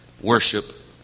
worship